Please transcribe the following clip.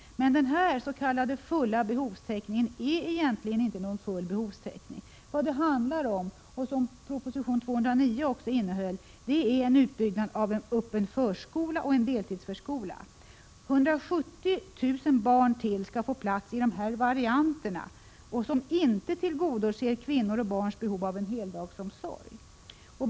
Men denna s.k. fulla behovstäckning är inte egentligen någon full behovstäckning. Vad det handlar om och som proposition 209 innehöll är en utbyggnad av öppen förskola och deltidsförskola. Ytterligare 170 000 barn skall få plats i dessa varianter, som inte tillgodoser kvinnors och barns behov av en heldagsomsorg.